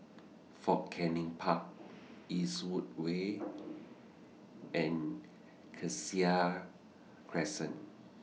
Fort Canning Park Eastwood Way and Cassia Crescent